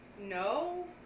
No